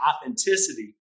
authenticity